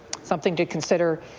something to consider